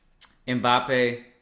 Mbappe